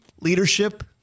leadership